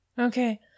Okay